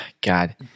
God